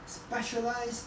specialize